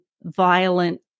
violent